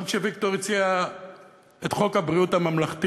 גם כשוויקטור הציע את חוק ביטוח בריאות ממלכתי